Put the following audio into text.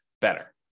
better